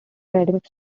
academic